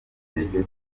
bemeje